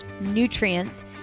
nutrients